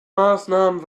maßnahmen